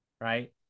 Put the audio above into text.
Right